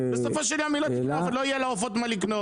בסופו של יום היא לא תקנה ולא יהיו לה עופות מה לקנות,